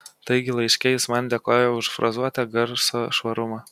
taigi laiške jis man dėkoja už frazuotę garso švarumą